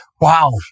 Wow